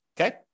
Okay